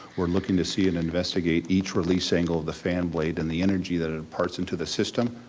we're looking to see and investigate each release angle of the fan blade and the energy that it imparts into the system,